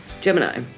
Gemini